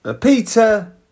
Peter